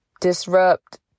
disrupt